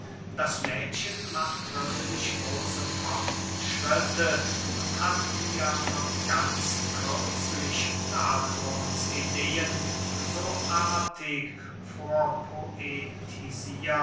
das mädchen macht wirklich große fortschritte und hat mir noch ganz kürzlich platons ideen so artig vorpoetisiert